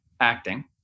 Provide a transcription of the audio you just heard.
acting